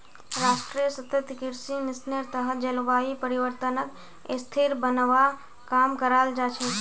राष्ट्रीय सतत कृषि मिशनेर तहत जलवायु परिवर्तनक स्थिर बनव्वा काम कराल जा छेक